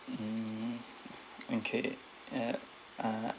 mm okay and uh